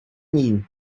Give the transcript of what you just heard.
mean